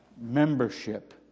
membership